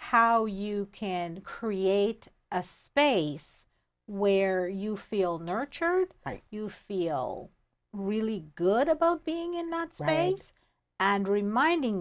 how you can create a space where you feel nurtured like you feel really good about being in that franks and reminding